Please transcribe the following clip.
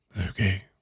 Okay